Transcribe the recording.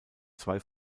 zwei